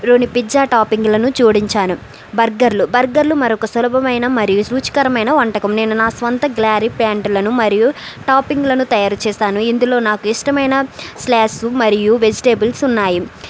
లోని పిజ్జా టాపింగ్లను జోడించాను బర్గర్లు బర్గర్లు మరొక సులభమైన మరియు రుచికరమైన వంటకం నేను నా సొంత గ్లారీ ప్లాంటులను మరియు టాపింగ్లను తయారు చేస్తాను ఇందులో నాకు ఇష్టమైన స్లాస్ మరియు వెజిటబుల్స్ ఉన్నాయి